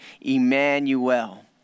Emmanuel